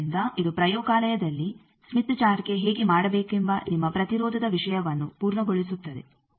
ಆದ್ದರಿಂದ ಇದು ಪ್ರಯೋಗಾಲಯದಲ್ಲಿ ಸ್ಮಿತ್ ಚಾರ್ಟ್ಗೆ ಹೇಗೆ ಮಾಡಬೇಕೆಂಬ ನಿಮ್ಮ ಪ್ರತಿರೋಧದ ವಿಷಯವನ್ನು ಪೂರ್ಣಗೊಳಿಸುತ್ತದೆ